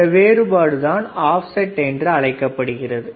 இந்த வேறுபாடு தான் ஆப்செட் என்று அழைக்கப்படுகிறது